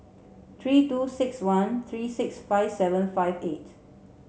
three two six one three six five seven five eight